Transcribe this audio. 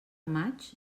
maig